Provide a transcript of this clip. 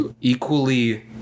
equally